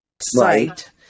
site